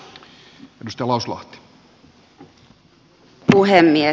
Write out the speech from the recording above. arvoisa puhemies